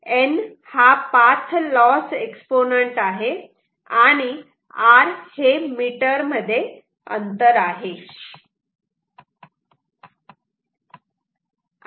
n हा path loss exponent आहे आणि r हे मीटर मध्ये अंतर आहे